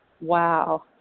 Wow